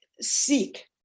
seek